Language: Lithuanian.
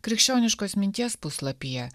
krikščioniškos minties puslapyje